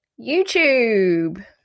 YouTube